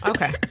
Okay